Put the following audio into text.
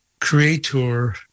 creator